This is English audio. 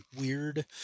weird